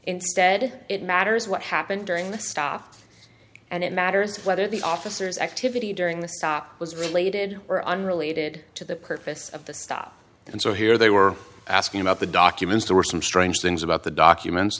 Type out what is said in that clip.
instead it matters what happened during the staff and it matters whether the officers activity during the stop was related or unrelated to the purpose of the stop and so here they were asking about the documents there were some strange things about the documents